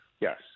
Yes